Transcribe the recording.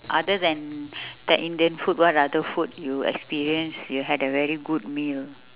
other than that indian food what other food you experience you had a very good meal